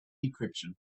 decryption